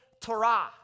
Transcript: Torah